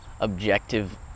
objective